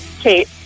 Kate